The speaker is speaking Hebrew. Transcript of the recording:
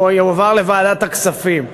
יועבר לוועדת הכספים.